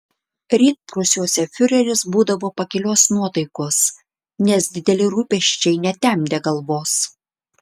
rytprūsiuose fiureris būdavo pakilios nuotaikos nes dideli rūpesčiai netemdė galvos